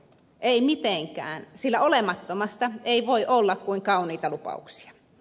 ei mitenkään sillä olemattomasta ei voi olla kuin kauniita lupauksia